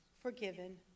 forgiven